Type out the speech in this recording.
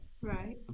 Right